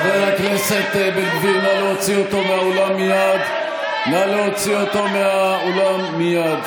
חבר הכנסת בן גביר, נא להוציא אותו מהאולם מייד.